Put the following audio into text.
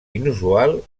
inusual